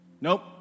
Nope